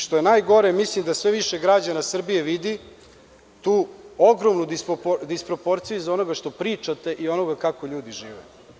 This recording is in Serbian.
Što je najgore, mislim da sve više građana Srbije vidi tu ogromnu disproporciju iz onoga što pričate i onoga kako ljudi žive.